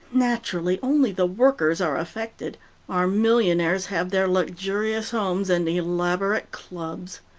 naturally, only the workers are affected our millionaires have their luxurious homes and elaborate clubs.